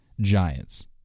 Giants